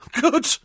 Good